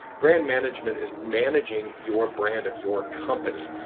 brand management is managing your brand of your company.